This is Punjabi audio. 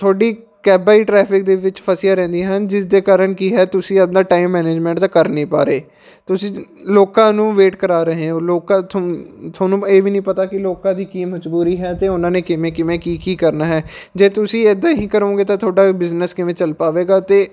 ਤੁਹਾਡੀ ਕੈਬਾਂ ਹੀ ਟ੍ਰੈਫਿਕ ਦੇ ਵਿੱਚ ਫਸਿਆ ਰਹਿੰਦੀਆਂ ਹਨ ਜਿਸ ਦੇ ਕਾਰਨ ਕੀ ਹੈ ਤੁਸੀਂ ਆਪਣਾ ਟਾਈਮ ਮੈਨੇਜਮੈਂਟ ਤਾਂ ਕਰ ਨਹੀਂ ਪਾ ਰਹੇ ਤੁਸੀਂ ਲੋਕਾਂ ਨੂੰ ਵੇਟ ਕਰਾ ਰਹੇ ਹੋ ਲੋਕ ਥੋ ਤੁਹਾਨੂੰ ਇਹ ਵੀ ਨਹੀਂ ਪਤਾ ਕਿ ਲੋਕਾਂ ਦੀ ਕੀ ਮਜ਼ਬੂਰੀ ਹੈ ਅਤੇ ਉਹਨਾਂ ਨੇ ਕਿਵੇਂ ਕਿਵੇਂ ਕੀ ਕੀ ਕਰਨਾ ਹੈ ਜੇ ਤੁਸੀਂ ਇੱਦਾਂ ਹੀ ਕਰੋਂਗੇ ਤਾਂ ਤੁਹਾਡਾ ਬਿਜ਼ਨਸ ਕਿਵੇਂ ਚੱਲ ਪਾਵੇਗਾ ਅਤੇ